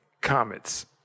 Comets